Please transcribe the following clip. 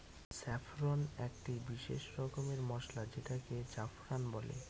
saffron একটি বিশেষ রকমের মসলা যেটাকে জাফরান বলে